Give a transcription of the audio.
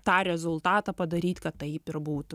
tą rezultatą padaryt kad taip ir būtų